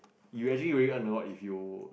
you already earn a lot if you